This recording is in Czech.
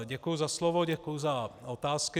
Děkuji za slovo, děkuji za otázky.